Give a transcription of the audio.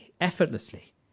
effortlessly